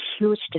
huge